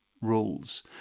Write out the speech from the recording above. rules